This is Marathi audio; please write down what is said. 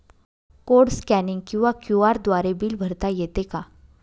कोड स्कॅनिंग किंवा क्यू.आर द्वारे बिल भरता येते का?